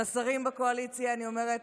לשרים בקואליציה אני אומרת